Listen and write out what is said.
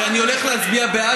אני אומר לך שאני הולך להצביע בעד,